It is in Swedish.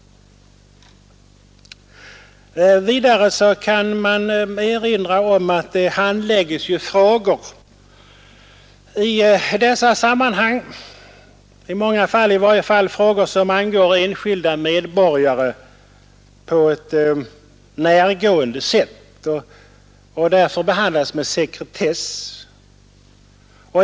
Vidare kan jag erinra om att det ju i dessa sammanhang i många fall behandlas frågor som angår enskilda medborgare på ett närgående sätt och därför behandlas med sekretess.